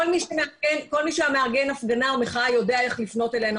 כל מי שמארגן הפגנה או מחאה יודע איך לפנות אלינו.